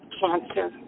cancer